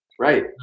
right